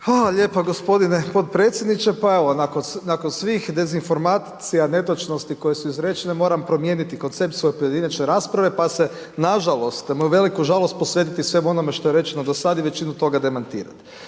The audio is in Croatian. Hvala lijepo gospodine podpredsjedniče, pa evo nakon svih dezinformacija netočnosti koje su izrečene moram promijeniti koncept svoje pojedinačne rasprave, pa se nažalost, na moju veliku žalost, posvetiti svemu onome što je rečeno do sada i većinu toga demantirati.